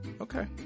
Okay